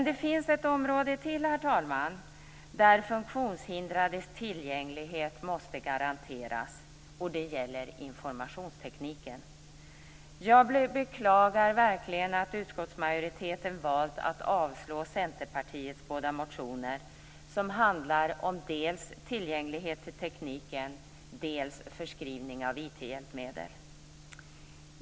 Det finns ett område till där funktionshindrades tillgänglighet måste garanteras, och det gäller informationstekniken. Jag beklagar verkligen att utskottsmajoriteten valt att avstyrka Centerpartiets båda motioner som handlar om dels tillgänglighet till tekniken, dels förskrivning av IT-hjälpmedel.